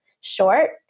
short